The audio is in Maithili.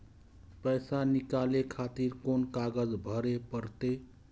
पैसा नीकाले खातिर कोन कागज भरे परतें?